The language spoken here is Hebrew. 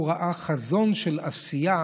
שבה הוא ראה חזון של עשייה